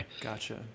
Gotcha